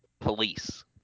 police